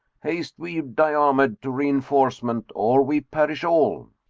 haste we, diomed, to reinforcement, or we perish all.